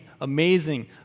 amazing